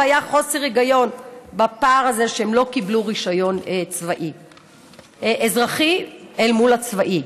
היה חוסר היגיון בפער הזה שהם לא קיבלו רישיון אזרחי אל מול הצבאי.